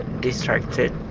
distracted